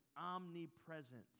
omnipresent